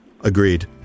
Agreed